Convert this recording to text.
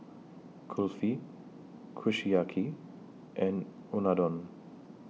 Kulfi Kushiyaki and Unadon